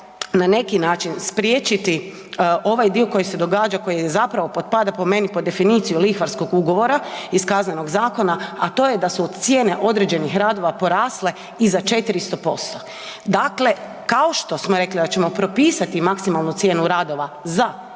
na neki način spriječiti ovaj dio koji se događa, koji zapravo potpada po meni pod definiciju lihvarskog ugovora iz Kaznenog zakona, a to je da su cijene određenih radova porasle i za 400%. Dakle, kao što smo rekli da ćemo propisati maksimalnu cijenu radova za